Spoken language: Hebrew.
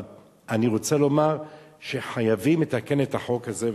אבל אני רוצה לומר שחייבים לתקן את החוק הזה,